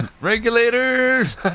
Regulators